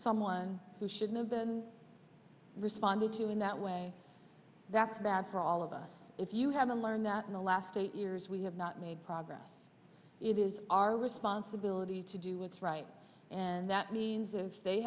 someone who should know been responded to in that way that bad for all of us if you haven't learned that in the last eight years we have not made progress it is our responsibility to do what's right and that means is they